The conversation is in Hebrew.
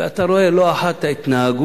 ואתה רואה לא אחת את ההתנהגות